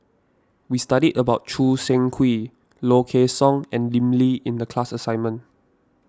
we studied about Choo Seng Quee Low Kway Song and Lim Lee in the class assignment